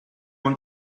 want